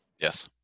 yes